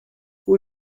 who